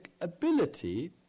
ability